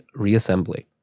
reassembly